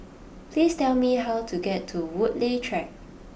please tell me how to get to Woodleigh Track